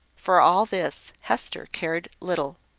for all this hester cared little.